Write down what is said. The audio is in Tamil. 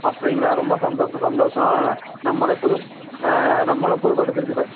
அப்படிங்களா ரொம்ப சந்தோஷம் சந்தோஷம் நம்மளும் புது நம்மளும் புதுக்கோட்டை திருச்சி பை